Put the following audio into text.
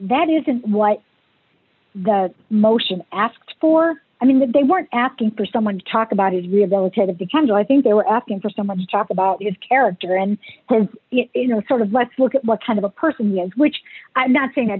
that isn't what the motion asked for i mean that they weren't asking for someone to talk about is rehabilitated to come to i think they were asking for so much talk about his character and his you know sort of let's look at what kind of a person is which i'm not saying that